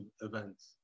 events